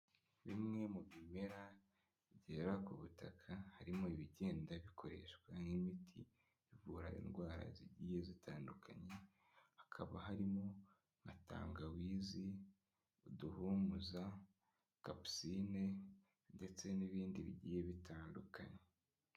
Bimwe mu bimera byera ku butaka harimo ibigenda bikoreshwa nk'imiti ivura indwara zigiye zitandukanye, hakaba harimo na tangawizi, uduhumuza, kapusine ndetse n'ibindi bigiye bitandukanye.